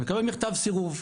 מקבל מכתב סירוב,